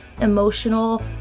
emotional